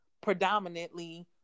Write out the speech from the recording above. predominantly